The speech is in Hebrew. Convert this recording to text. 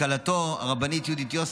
מכלתו הרבנית יהודית יוסף,